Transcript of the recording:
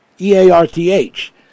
e-a-r-t-h